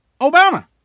Obama